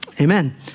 Amen